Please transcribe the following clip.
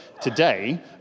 today